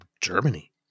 Germany